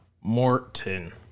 Morton